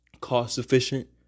cost-efficient